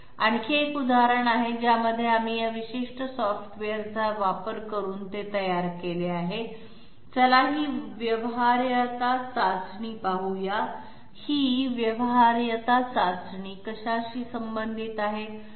आणखी एक उदाहरण आहे ज्यामध्ये आम्ही या विशिष्ट सॉफ्टवेअरचा वापर करून ते तयार केले आहे चला ही व्यवहार्यता चाचणी पाहू या ही व्यवहार्यता चाचणी कशाशी संबंधित आहे